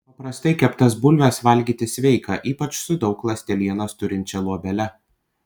paprastai keptas bulves valgyti sveika ypač su daug ląstelienos turinčia luobele